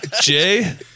Jay